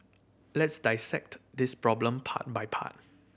let's dissect this problem part by part